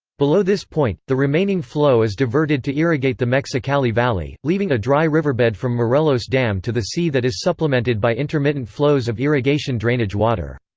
below this point, the remaining flow is diverted to irrigate the mexicali valley, leaving a dry riverbed from morelos dam to the sea that is supplemented by intermittent flows of irrigation drainage water.